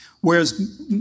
Whereas